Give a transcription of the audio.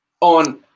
On